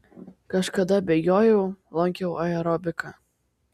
kažkada bėgiojau lankiau aerobiką